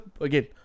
again